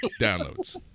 downloads